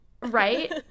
Right